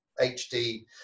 HD